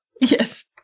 yes